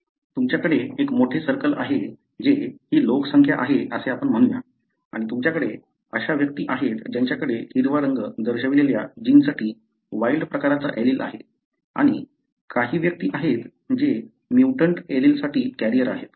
तुमच्याकडे एक मोठे सर्कल आहे जे ही लोकसंख्या आहे असे आपण म्हणूया आणि तुमच्याकडे अशा व्यक्ती आहेत ज्यांच्याकडे हिरवा रंग दर्शविलेल्या जीनसाठी वाइल्ड प्रकारचा एलील आहे आणि काही व्यक्ती आहेत जे म्युटंट एलीलसाठी कॅरियर आहेत बरोबर